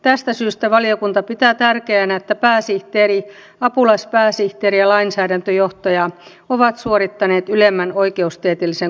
tästä syystä valiokunta pitää tärkeänä että pääsihteeri apulaispääsihteeri ja lainsäädäntöjohtaja ovat suorittaneet ylemmän oikeustieteellisen korkeakoulututkinnon